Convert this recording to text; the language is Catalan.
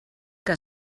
que